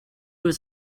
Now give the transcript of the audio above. was